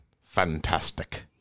fantastic